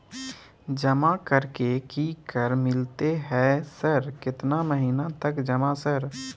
जमा कर के की कर मिलते है सर केतना महीना तक जमा सर?